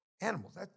animals